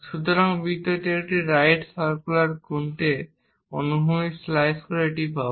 সুতরাং বৃত্তটি আমরা একটি রাইট সারকুলার কোনতে অনুভূমিকভাবে স্লাইস করে এটি পাব